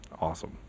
awesome